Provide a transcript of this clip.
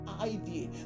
idea